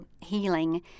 healing